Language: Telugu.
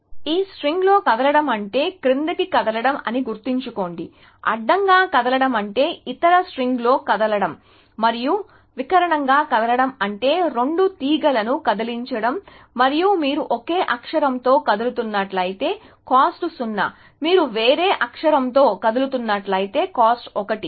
ఈ స్ట్రింగ్లో కదలడం అంటే క్రిందికి కదలడం అని గుర్తుంచుకోండి అడ్డంగా కదలడం అంటే ఇతర స్ట్రింగ్లో కదలడం మరియు వికర్ణంగా కదలడం అంటే రెండు తీగలను కదిలించడం మరియు మీరు ఒకే అక్షరంతో కదులుతున్నట్లయితే కాస్ట్ 0 మీరు వేరే అక్షరంతో కదులుతున్నట్లయితే కాస్ట్ 1